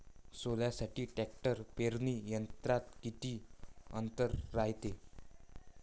सोल्यासाठी ट्रॅक्टर पेरणी यंत्रात किती अंतर रायते?